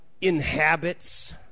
inhabits